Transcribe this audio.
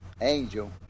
Angel